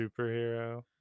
superhero